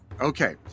okay